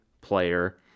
player